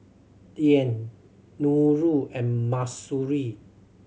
Dian Nurul and Mahsuri